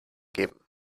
geben